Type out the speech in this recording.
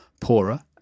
poorer